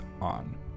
on